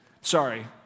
Sorry